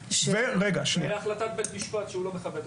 יש החלטת בית משפט שהוא לא מכבד.